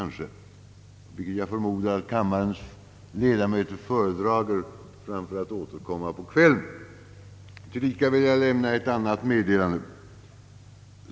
18.00 — vilket jag förmodar att kammarens ledamöter föredrar framför att återkomma hit till arbetsplenum på kvällen. Tillika vill jag lämna ett annat meddelande.